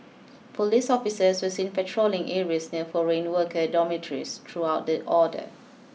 police officers were seen patrolling areas near foreign worker dormitories throughout the all day